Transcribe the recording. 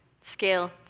Scale